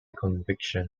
conviction